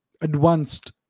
advanced